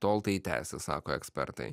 tol tai tęsis sako ekspertai